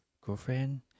girlfriend